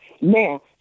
Now